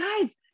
guys